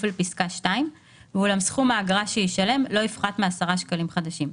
לפסקה (2) ואולם סכום האגרה שישלם לא יפחת מ-10 שקלים חדשים.